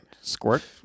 squirt